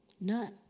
None